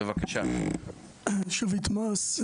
שביט מס.